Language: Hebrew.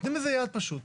נותנים לזה יד פשוט.